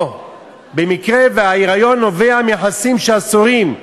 או במקרה שההיריון נובע מיחסים אסורים,